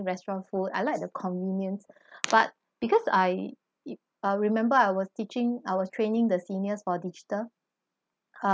restaurant food I like the convenience but because I I remember I was teaching I was training the seniors for digital uh